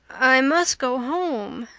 i must go home,